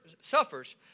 suffers